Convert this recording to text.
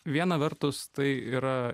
viena vertus tai yra